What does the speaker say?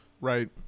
right